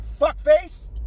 fuckface